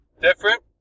different